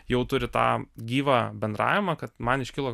jau turi tą gyvą bendravimą kad man iškilo